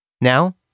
Now